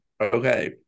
Okay